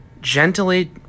gently